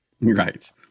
Right